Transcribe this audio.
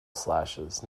slashes